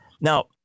Now